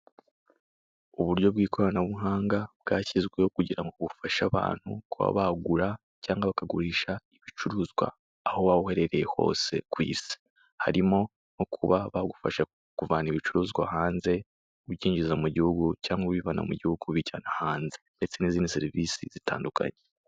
Uburyo bw'ikoranabuhanga bwashyizweho kugira ngo bufashe abantu kuba bagura cyangwa bakagurisha ibicuruzwa, aho waba uherereye hose ku Isi. Harimo no kuba bagufasha kuvana ibicuruzwa hanze, ubyinjiza mu gihugu, cyangwa ubivana mu gihugu ubijyana hanze.